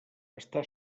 està